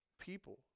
people